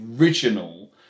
original